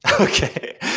okay